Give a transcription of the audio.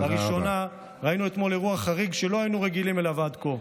אתמול ראינו לראשונה אירוע חריג שלא היינו רגילים אליו עד כה,